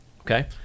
Okay